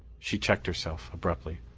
she checked herself abruptly.